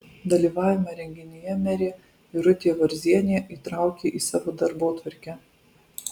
dalyvavimą renginyje merė irutė varzienė įtraukė į savo darbotvarkę